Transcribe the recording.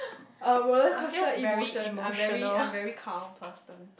uh roller coaster emotion I am very I am very calm person